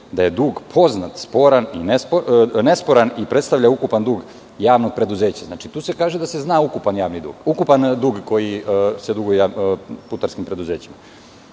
da je dug poznat, sporan i nesporan i predstavlja ukupan dug javnog preduzeća. Tu se kaže da se zna ukupan dug koji se duguje putarskim preduzećima.